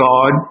God